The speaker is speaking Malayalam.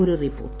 ഒരു റിപ്പോർട്ട്